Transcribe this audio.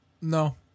No